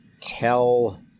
tell